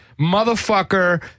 motherfucker